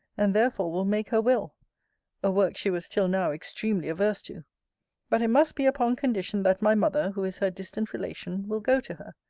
and therefore will make her will a work she was till now extremely averse to but it must be upon condition that my mother, who is her distant relation, will go to her,